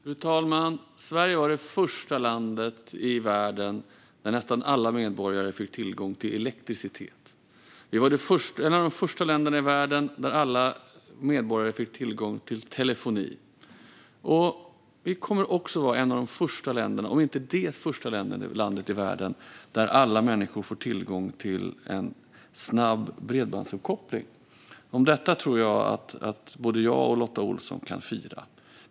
Fru talman! Sverige var det första land i världen där nästan alla medborgare fick tillgång till elektricitet. Vi var ett av de första länderna i världen där alla medborgare fick tillgång till telefoni. Sverige kommer också att vara ett av de första länderna, om inte det första landet, i världen där alla människor får tillgång till en snabb bredbandsuppkoppling. Detta tror jag att både jag och Lotta Olsson kan fira.